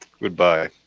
Goodbye